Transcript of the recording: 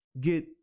get